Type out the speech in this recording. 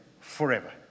forever